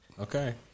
Okay